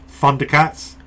Thundercats